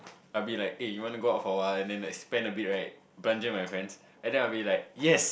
I'll be like eh you wanna go out for a while and then like spend a bit right belanja my friends and then I'll be like yes